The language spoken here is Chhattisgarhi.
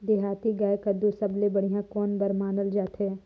देहाती गाय कर दूध सबले बढ़िया कौन बर मानल जाथे?